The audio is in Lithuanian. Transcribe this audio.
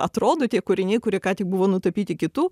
atrodo tie kūriniai kurie ką tik buvo nutapyti kitų